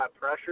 pressure